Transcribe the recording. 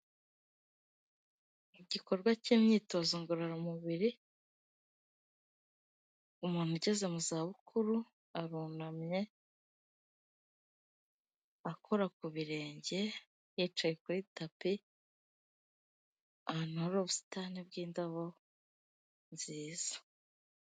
Igikorwa k'imyitozo ngororamubiri umuntu ugeze mu zabukuru arunamye, akora ku birenge yicaye kuri tapi, ahantu hari ubusitani bw'indabo nziza.